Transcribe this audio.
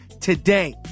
today